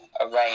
arrange